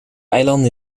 eilanden